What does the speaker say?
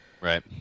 Right